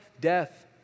Death